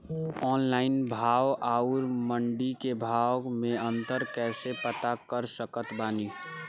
Online भाव आउर मंडी के भाव मे अंतर कैसे पता कर सकत बानी?